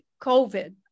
covid